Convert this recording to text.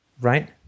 right